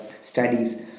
studies